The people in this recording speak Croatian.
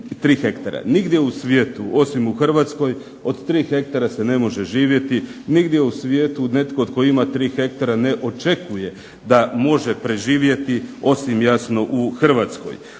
hektara. Nigdje u svijetu osim u Hrvatskoj od 3 hektara se ne može živjeti. Nigdje u svijetu netko tko ima tri hektara ne očekuje da može preživjeti osim jasno u Hrvatskoj.